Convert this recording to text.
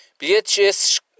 Bilhetes